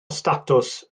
statws